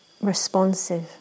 responsive